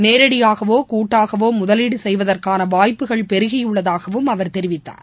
நேரடியாகவோகூட்டாகவோமுதலீடுசெய்வதற்கானவாய்ப்புகள் பெருகியுள்ளதாகவும் அவர் தெரிவித்தார்